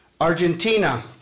Argentina